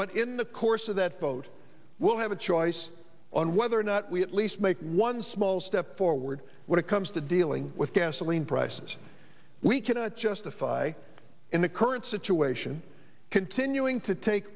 but in the course of that vote we'll have a choice on whether or not we at least make one small step forward when it comes to dealing with gasoline prices we cannot justify in the current situation continuing to take